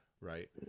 right